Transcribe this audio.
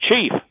Chief